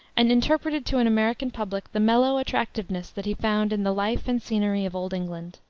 and interpreted to an american public the mellow attractiveness that he found in the life and scenery of old england.